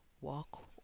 walk